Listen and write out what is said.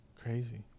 Crazy